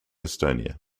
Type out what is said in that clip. estonia